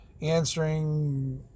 answering